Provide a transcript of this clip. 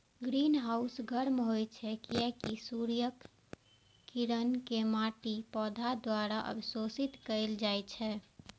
greenhouse गर्म होइ छै, कियैकि सूर्यक किरण कें माटि, पौधा द्वारा अवशोषित कैल जाइ छै